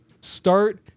start